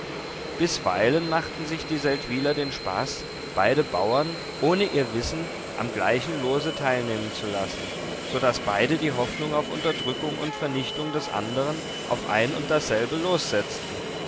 bisweilen machten sich die seldwyler den spaß beide bauern ohne ihr wissen am gleichen lose teilnehmen zu lassen so daß beide die hoffnung auf unterdrückung und vernichtung des andern auf ein und dasselbe los setzten